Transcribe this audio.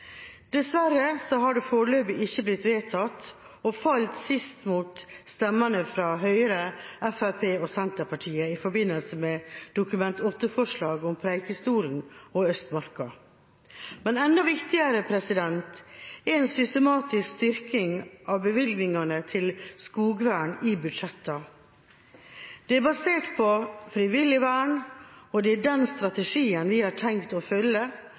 har det foreløpig ikke blitt vedtatt, og falt sist mot stemmene fra Høyre, Fremskrittspartiet og Senterpartiet i forbindelse med Dokument 8-forslaget om Preikestolen og Østmarka. Men enda viktigere er en systematisk styrking av bevilgningene til skogvern i budsjettene. Det er basert på frivillig vern, og det er den strategien vi har tenkt å følge,